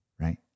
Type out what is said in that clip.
right